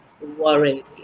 worry